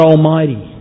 Almighty